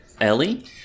ellie